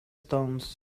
stones